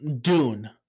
Dune